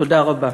תודה רבה.